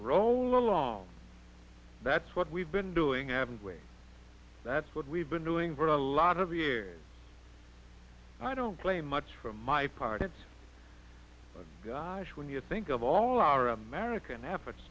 roll along that's what we've been doing have way that's what we've been doing for a lot of years i don't play much for my part it's when you think of all our american efforts to